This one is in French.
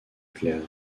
claire